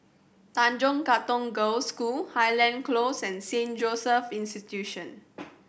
Tanjong Katong Girls School Highland Close and Saint Joseph's Institution